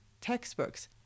textbooks